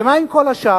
ומה עם כל השאר?